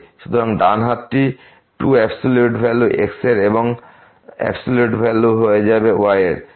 সুতরাং ডান হাতটি 2 অ্যাবসলিউট ভ্যালু x এর এবং অ্যাবসলিউট ভ্যালু হয়ে যাবে y এর